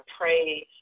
praise